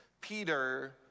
Peter